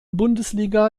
bundesliga